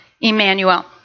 Emmanuel